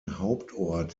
hauptort